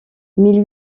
mille